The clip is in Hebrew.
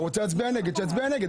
הוא רוצה להצביע נגד, שיצביע נגד.